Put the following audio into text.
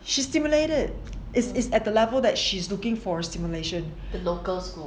she stimulated it is at the level that she's looking for stimulation